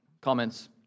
comments